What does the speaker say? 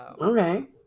Okay